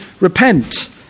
repent